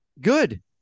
Good